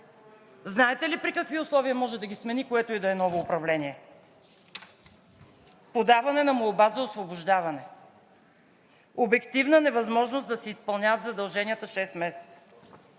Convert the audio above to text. Знаете ли при какви условия може да ги смени което и да е ново управление? „Подаване на молба за освобождаване; обективна невъзможност да си изпълняват задълженията 6 месеца;